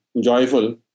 joyful